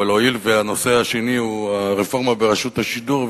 אבל הואיל והנושא השני הוא הרפורמה ברשות השידור,